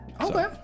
okay